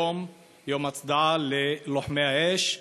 היום יום הצדעה ללוחמי האש,